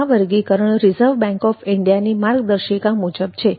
આ વર્ગીકરણ reserve bank of India ની માર્ગદર્શિકા મુજબ છે